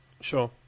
Sure